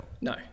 No